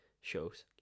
Shows